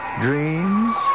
dreams